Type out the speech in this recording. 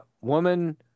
woman